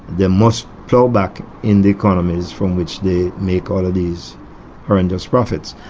they must plough back in the economies from which they make all of these horrendous profits.